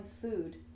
food